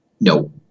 No